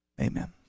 amen